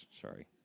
Sorry